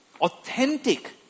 Authentic